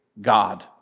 God